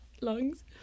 lungs